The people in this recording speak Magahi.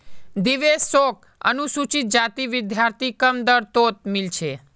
देवेश शोक अनुसूचित जाति विद्यार्थी कम दर तोत मील छे